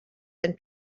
and